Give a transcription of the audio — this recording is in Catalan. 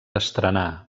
estrenar